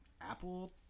Apple